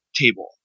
table